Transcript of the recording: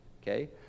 Okay